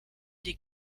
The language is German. die